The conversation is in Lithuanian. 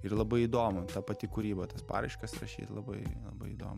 ir labai įdomu ta pati kūryba tas paraiškas rašyt labai labai įdomu